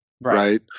right